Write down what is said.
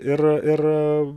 ir ir